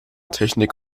technik